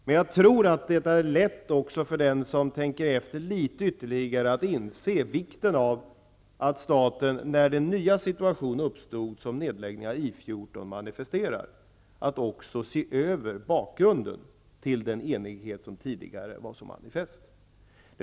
Men jag tror att det är lätt också för den som tänker efter ytterligare litet grand att inse vikten av att staten, när den nya situation uppstod som nedläggningen av I 14 manifesterar, också ser över bakgrunden till den enighet som tidigare var så manifest.